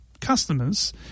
customers